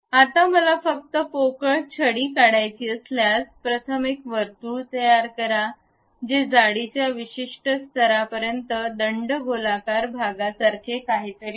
आता मला फक्त पोकळ छडी काढायची असल्यास प्रथम एक वर्तुळ तयार करा जे जाडीच्या विशिष्ट स्तरापर्यंत दंडगोलाकार भागासारखे काहीतरी द्या